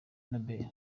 nobel